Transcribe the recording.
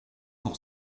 pour